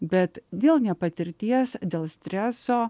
bet dėl ne patirties dėl streso